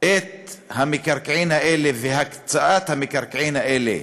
את המקרקעין האלה והקצאת המקרקעין האלה,